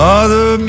Mother